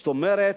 זאת אומרת,